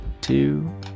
two